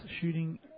shooting